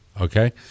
Okay